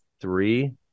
three